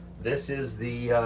this is the